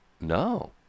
No